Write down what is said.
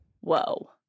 Whoa